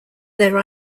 their